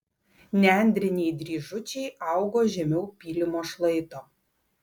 nendriniai dryžučiai augo žemiau pylimo šlaito